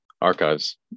archives